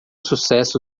sucesso